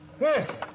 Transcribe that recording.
Yes